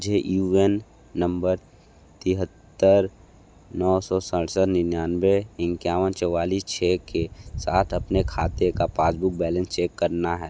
मुझे U A N number तिहत्तर नौ सौ सड़सठ निन्यानवे इक्यावन चौवालीस छः के साथ अपने खाते का पासबुक बैलेंस चेक करना है